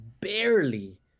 barely